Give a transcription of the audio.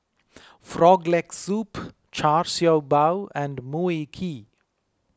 Frog Leg Soup Char Siew Bao and Mui Kee